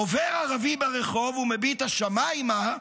עובר ערבי ברחוב ומביט השמיימה,